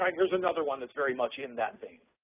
here's another one that's very much in that vein